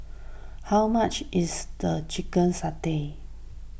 how much is the Chicken Satay